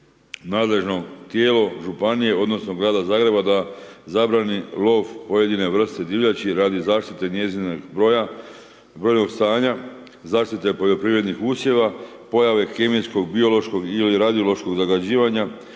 nadležno tijelo, županije odnosno grada Zagreba da zabrani lov pojedine vrste divljali radi zaštite njezinog brojnog stanja, zaštite poljoprivrednih usjeva, pojave kemijskog, biološkog ili radiološkog zagađivanja,